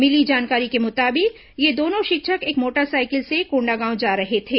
मिली जानकारी के मुताबिक ये दोनों शिक्षक एक मोटरसाइकिल से कोंडागांव जा रहे थे